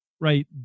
right